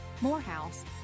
Morehouse